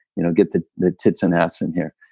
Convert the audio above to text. you know, get the the tits and ass in here.